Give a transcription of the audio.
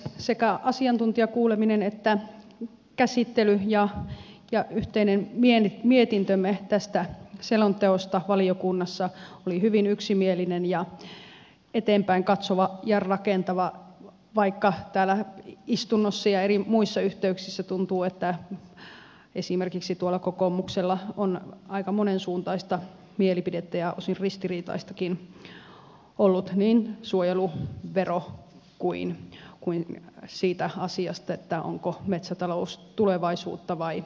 sekä asiantuntijakuuleminen että käsittely ja yhteinen mietintömme tästä selonteosta valiokunnassa oli hyvin yksimielinen ja eteenpäinkatsova ja rakentava vaikka täällä istunnossa ja muissa eri yhteyksissä tuntuu että esimerkiksi tuolla kokoomuksella on aika monensuuntaista ja osin ristiriitaistakin mielipidettä ollut niin suojelu ja veroasioista kuin siitä asiasta että onko metsätalous tulevaisuutta vai menneisyyttä